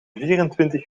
vierentwintig